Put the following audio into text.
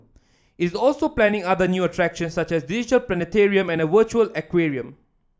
it's also planning other new attractions such as a digital planetarium and a virtual aquarium